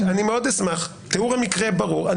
תיאור המקרה ברור,